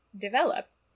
developed